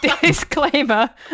disclaimer